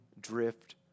drift